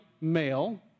male